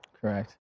correct